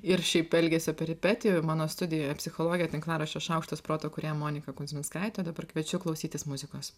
ir šiaip elgesio peripetijų mano studijoje psichologė tinklaraščio šaukštas proto kurėja monika kuzminskaitė dabar kviečiu klausytis muzikos